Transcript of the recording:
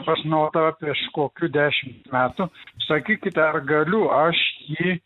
pas notarą prieš kokių dešimt metų sakykit ar galiu aš jį